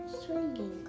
swinging